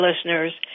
listeners